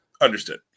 Understood